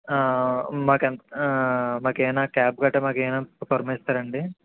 మాకే మాకేమైనా క్యాబ్ గట్టా మాకేమైనా పురమాయిస్తారా అండి